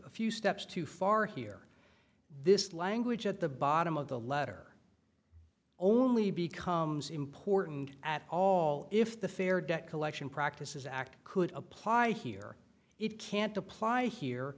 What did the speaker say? a few steps too far here this language at the bottom of the letter only becomes important at all if the fair debt collection practices act could apply here it can't apply here